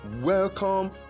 Welcome